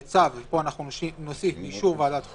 בצו," ופה נוסיף: "באישור ועדת החוקה"